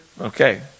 Okay